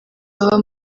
baba